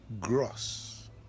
gross